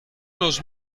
los